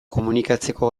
komunikatzeko